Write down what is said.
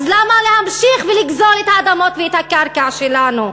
אז למה להמשיך לגזול את האדמות ואת הקרקע שלנו?